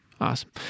Awesome